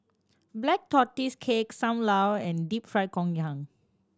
Black Tortoise Cake Sam Lau and Deep Fried Ngoh Hiang